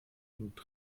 und